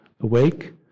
awake